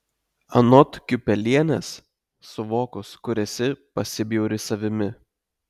anot kiupelienės suvokus kur esi pasibjauri savimi